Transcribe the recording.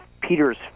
Peter's